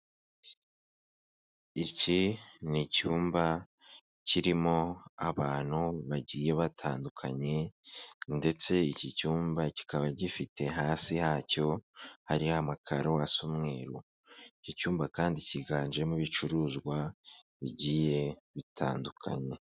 Iki ni icyumba kirimo abantu bagiye batandukanye ndetse iki cyumba kikaba gifite hasi hacyo hari amakaro asa umweru; iki cyumba kandi cyiganjemo ibicuruzwa bigiye bitandukanye.